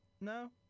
No